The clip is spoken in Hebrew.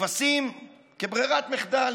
נתפסים כברירת מחדל.